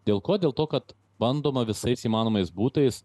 dėl ko dėl to kad bandoma visais įmanomais būdais